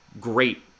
great